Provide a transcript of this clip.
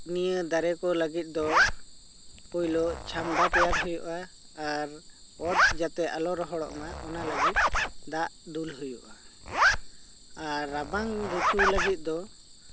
ᱱᱤᱭᱟ ᱫᱟᱨᱮ ᱠᱚ ᱞᱟᱹᱜᱤᱫ ᱫᱚ ᱯᱩᱭᱞᱟᱹ ᱪᱷᱟᱢᱰᱟ ᱛᱮᱭᱟᱨ ᱦᱩᱭᱩᱜᱼᱟ ᱟᱨ ᱚᱛ ᱡᱟᱛᱮ ᱟᱞᱚ ᱨᱚᱦᱚᱲᱚ ᱢᱟ ᱚᱱᱟ ᱞᱟᱹᱜᱤᱫ ᱫᱟᱜ ᱫᱩᱞ ᱦᱩᱭᱩᱜᱼᱟ ᱟᱨ ᱨᱟᱵᱟᱝ ᱨᱤᱛᱩ ᱞᱟᱹᱜᱤᱫ ᱫᱚ